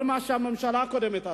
כל מה שהממשלה הקודמת עשתה,